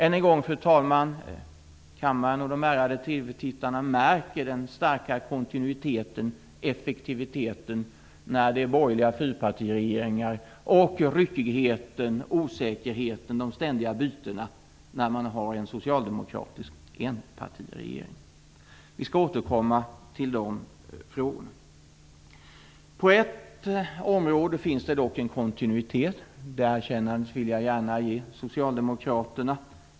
Än en gång, fru talman, märker kammarledamöterna och de ärade TV-tittarna den starka kontinuiteten och effektiviteten när det är borgerliga fyrpartiregeringar, och ryckigheten, osäkerheten och de ständiga bytena när man har en socialdemokratisk enpartiregering. Vi skall återkomma till de frågorna. På ett område finns det dock en kontinuitet, det erkännandet vill jag gärna ge socialdemokraterna.